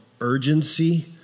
urgency